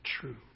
true